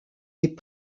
des